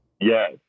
Yes